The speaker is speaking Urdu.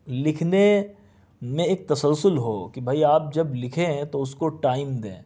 لکھنے میں ایک تسلسل ہو کہ بھائی آپ جب لکھیں تو اس کو ٹائم دیں